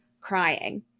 crying